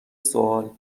سوال